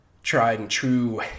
tried-and-true